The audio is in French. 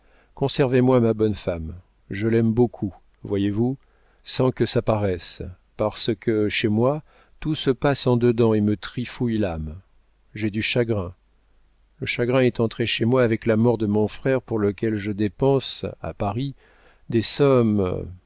convenable conservez moi ma bonne femme je l'aime beaucoup voyez-vous sans que ça paraisse parce que chez moi tout se passe en dedans et me trifouille l'âme j'ai du chagrin le chagrin est entré chez moi avec la mort de mon frère pour lequel je dépense à paris des sommes